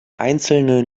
einzelne